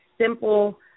simple